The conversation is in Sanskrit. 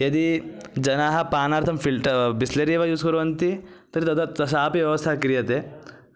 यदि जनाः पानार्थं फ़िल्टर् बिस्लेरि एव यूस् कुर्वन्ति तर्हि तदा सापि व्यवस्था क्रियते